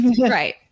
right